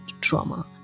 trauma